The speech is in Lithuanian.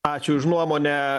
ačiū už nuomonę